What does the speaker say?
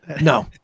No